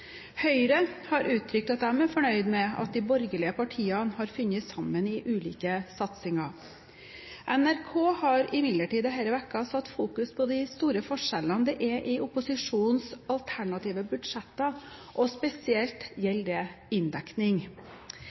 Høyre har uttrykt at de er fornøyd med at de borgerlige partiene har funnet sammen i ulike satsinger. NRK har imidlertid denne uken satt fokus på de store forskjellene i opposisjonens alternative budsjetter. Spesielt gjelder det inndekning.